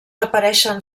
apareixen